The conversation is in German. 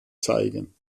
zeigen